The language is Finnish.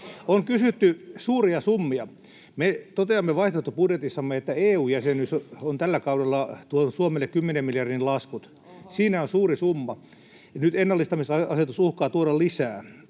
On kysytty suuria summia. Me toteamme vaihtoehtobudjetissamme, että EU-jäsenyys on tällä kaudella tuonut Suomelle kymmenien miljardien laskut. Siinä on suuri summa, ja nyt ennallistamisasetus uhkaa tuoda lisää.